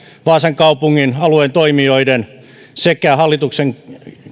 vaasan kaupungin alueen toimijoiden sekä hallituksen